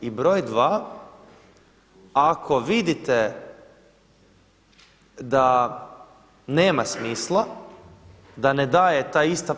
I broj dva, ako vidite da nema smisla da ne daje ta ista.